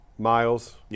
Miles